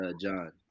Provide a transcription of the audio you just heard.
John